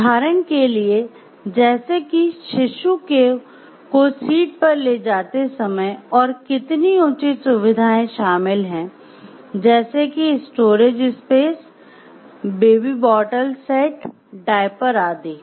उदाहरण के लिए जैसे कि शिशु को सीट पर ले जाते समय और कितनी उचित सुविधाएँ शामिल हैं जैसे कि स्टोरेज स्पेस बेबी बोतल सेट डायपर आदि